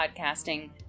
podcasting